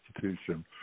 Constitution